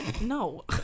No